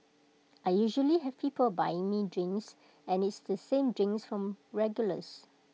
I usually have people buying me drinks and IT is the same drinks from regulars